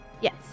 Yes